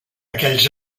aquells